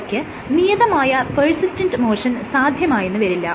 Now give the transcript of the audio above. അവയ്ക്ക് നിയതമായ persistent motion സാധ്യമായെന്ന് വരില്ല